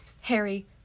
Harry